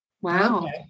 Wow